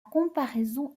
comparaison